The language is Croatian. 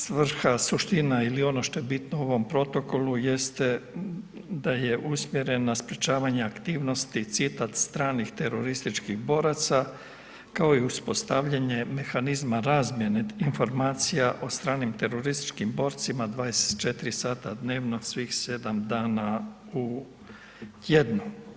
Svrha, suština ili ono što je bitno u ovom protokolu jeste da je usmjerena na sprječavanje aktivnosti, citat stranih terorističkih boraca kao u uspostavljanje mehanizma razmjene informacija o stranim terorističkim borcima 24 sata dnevno svih 7 dana u tjednu.